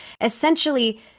essentially